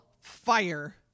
fire